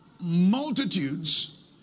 multitudes